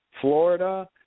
Florida